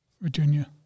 Virginia